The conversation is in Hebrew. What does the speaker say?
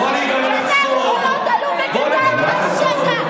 בואי אני אגלה לך סוד.